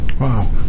Wow